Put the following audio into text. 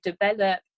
develop